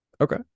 Okay